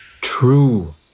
True